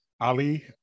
Ali